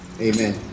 amen